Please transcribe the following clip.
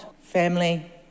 family